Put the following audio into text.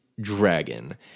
dragon